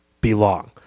belong